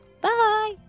Bye